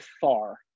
far